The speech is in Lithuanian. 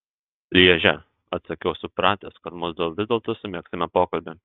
lježe atsakiau supratęs kad mudu vis dėlto sumegsime pokalbį